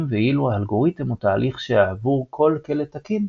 ואילו אלגוריתם הוא תהליך שעבור כל קלט תקין,